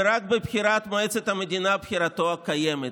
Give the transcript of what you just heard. ורק בבחירת מועצת המדינה בחירתו הקיימת,